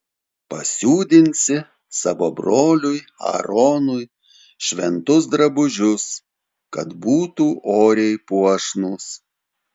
pasiūdinsi savo broliui aaronui šventus drabužius kad būtų oriai puošnūs